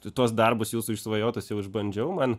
tuos darbus jūsų išsvajotus jau išbandžiau man